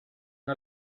not